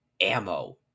ammo